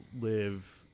live